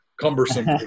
cumbersome